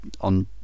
on